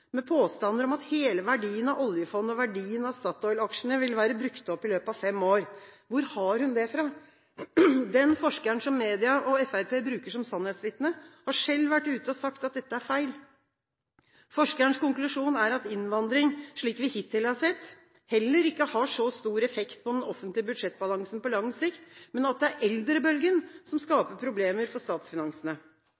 med påstander om at hele verdien av oljefondet og verdien av Statoil-aksjene vil være brukt opp i løpet av fem år. Hvor har de det fra? Den forskeren som media og Fremskrittspartiet bruker som sannhetsvitne, har selv vært ute og sagt at dette er feil. Forskerens konklusjon er at innvandring, slik vi hittil har sett, heller ikke har så stor effekt på den offentlige budsjettbalansen på lang sikt, men at det er eldrebølgen som